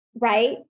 right